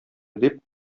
дип